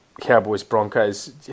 Cowboys-Broncos